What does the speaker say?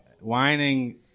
Whining